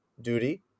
duty